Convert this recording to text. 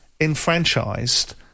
enfranchised